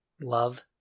love